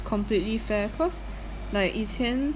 completely fair cause like 以前